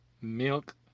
milk